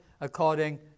according